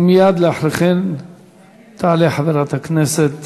ומייד אחרי כן תעלה חברת הכנסת